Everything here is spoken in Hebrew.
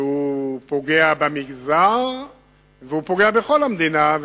שפוגע במגזר ופוגע בכל המדינה,